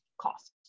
cost